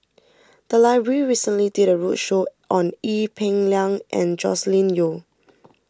the library recently did a roadshow on Ee Peng Liang and Joscelin Yeo